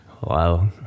Wow